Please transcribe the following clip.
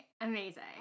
amazing